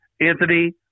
Anthony